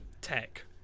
tech